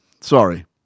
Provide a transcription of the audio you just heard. Sorry